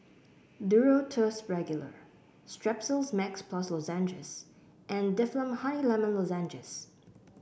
Duro Tuss Regular Strepsils Max Plus Lozenges and Difflam Honey Lemon Lozenges